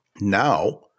Now